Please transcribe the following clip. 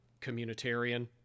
communitarian